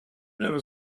never